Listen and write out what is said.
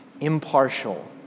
impartial